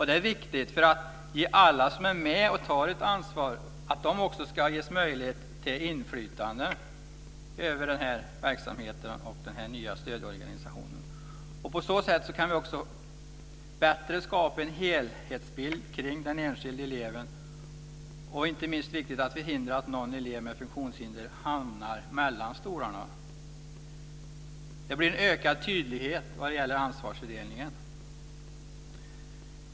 Det är viktigt för att alla som är med och tar ansvar också ska ges möjligheter till inflytande över verksamheten och den nya stödorganisationen. På så sätt kan vi också bättre skapa en helhetsbild kring den enskilde eleven. Inte minst viktigt är att förhindra att någon elev med funktionshinder hamnar mellan stolarna. Det blir en ökad tydlighet i ansvarsfördelningen.